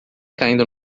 caindo